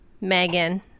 megan